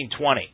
1920